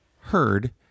heard